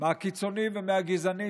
מהקיצונים ומהגזענים,